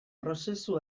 prozesu